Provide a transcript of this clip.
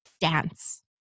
dance